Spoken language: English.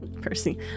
Percy